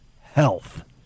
health